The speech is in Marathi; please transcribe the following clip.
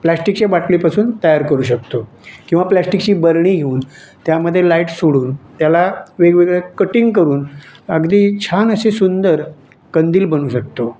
प्लास्टिकच्या बाटलीपासून तयार करू शकतो किंवा प्लास्टिकची बरणी घेऊन त्यामध्ये लाईट सोडून त्याला वेगवेगळ्या कटिंग करून अगदी छान अशी सुंदर कंदील बनवू शकतो